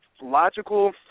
logical